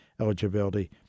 eligibility